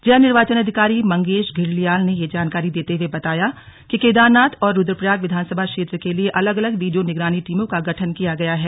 जिला निर्वाचन अधिकारी मंगेश घिल्डियाल ने जानकारी देते हुए बताया कि केदारनाथ और रुद्रप्रयाग विधानसभा क्षेत्र के लिए अलग अलग वीडियो निगरानी टीमों को गठन किया गया है